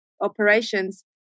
operations